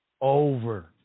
over